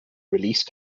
release